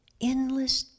endless